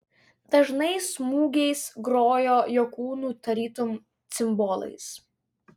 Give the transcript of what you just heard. dažnais smūgiais grojo jo kūnu tarytum cimbolais